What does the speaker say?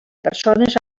persones